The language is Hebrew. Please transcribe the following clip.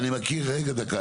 אני מכיר, רגע, דקה.